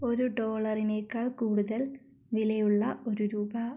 ഒരു ഡോളറിനേക്കാൾ കൂടുതൽ വിലയുള്ള ഒരു രൂപ